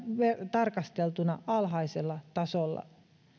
tarkasteltuna alhaisella tasolla